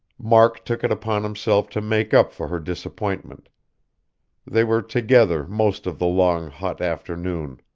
mark took it upon himself to make up for her disappointment they were together most of the long, hot afternoon.